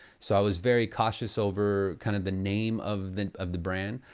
so i was very cautious over, kind of the name of the of the brand.